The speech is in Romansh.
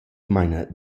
maina